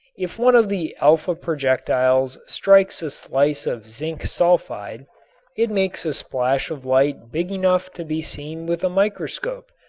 if one of the alpha projectiles strikes a slice of zinc sulfide it makes a splash of light big enough to be seen with a microscope,